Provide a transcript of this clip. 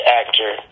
actor